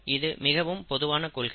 இது மிகவும் பொதுவான கொள்கை